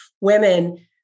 women